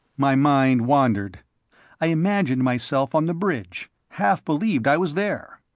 my mind wandered i imagined myself on the bridge, half-believed i was there.